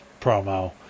promo